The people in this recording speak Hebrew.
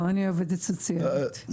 לא, אני עובדת סוציאלית.